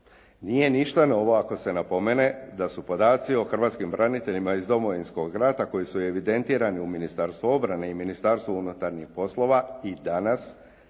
Nije ništa novo ako se napomene da su podaci o hrvatskim braniteljima iz Domovinskog rata koji su evidentirani u Ministarstvu obrane i Ministarstvu unutarnjih poslova i danas